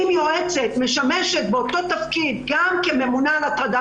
אם יועצת משמשת באותו תפקיד גם כממונה על הטרדה